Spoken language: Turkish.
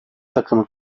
takımı